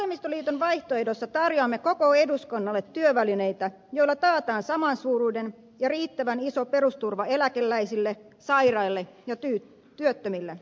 siksi vasemmistoliiton vaihtoehdossa tarjoamme koko eduskunnalle työvälineitä joilla taataan samansuuruinen ja riittävän iso perusturva eläkeläisille sairaille ja työttömille